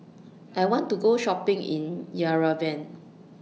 I want to Go Shopping in Yerevan